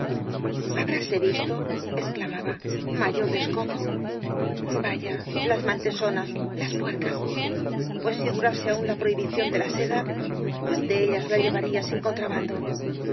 habráse visto exclamaba mayor descoco vaya las mantesonas las pu ercas pues si du rase aiin la prohibición de la seda cuál de ellas la llevaría sin contrabando